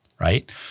right